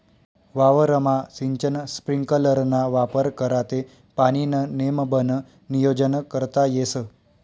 वावरमा सिंचन स्प्रिंकलरना वापर करा ते पाणीनं नेमबन नियोजन करता येस